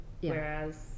whereas